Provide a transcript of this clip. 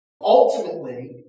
Ultimately